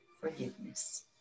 forgiveness